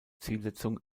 zielsetzung